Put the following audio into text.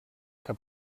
que